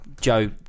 Joe